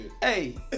Hey